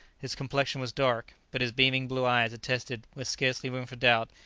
his complexion was dark, but his beaming blue eyes attested, with scarcely room for doubt,